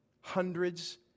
hundreds